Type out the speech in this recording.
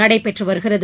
நடைபெற்று வருகிறது